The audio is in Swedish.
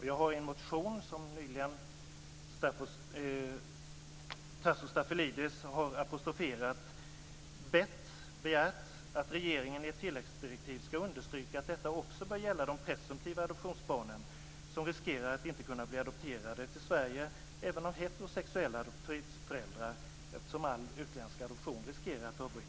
Jag har i en motion som nyligen Tasso Stafilidis har apostroferat bett eller begärt att regeringen i ett tilläggsdirektiv ska understryka att detta också bör gälla de presumtiva adoptionsbarnen som riskerar att inte kunna bli adopterade till Sverige även av heterosexuella adoptivföräldrar, eftersom all utländsk adoption riskerar att avbrytas.